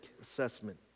assessment